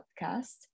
podcast